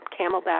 Camelback